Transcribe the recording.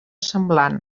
semblant